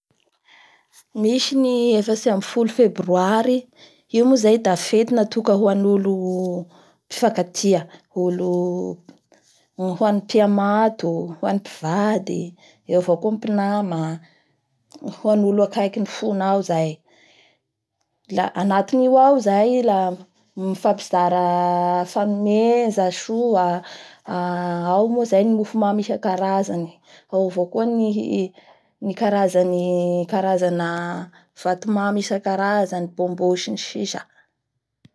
Misy ny efatsy ambin'ny folo febroary io moa zay da fety natoka hoan'ny olo mifankatia olo-hokan'ny mpamato, hokan'ny mpivady eo avao koa ny mpinama hoan'ny olo akekin'ny fonao zay la anatin'io ao zay la mifampizara aa fanomeza soa aa akoa zay ny mofomamy isankarazany, ao avao koa ny karany-karazany na vatomamy isankarazany; bobo sy ny sisa.